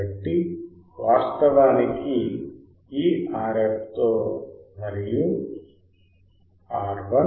కాబట్టి వాస్తవానికి ఈ Rf తో మరియు RI